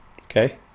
okay